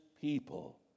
people